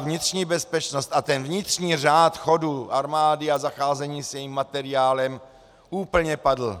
A vnitřní bezpečnost a vnitřní řád chodu armády a zacházení s jejím materiálem úplně padl.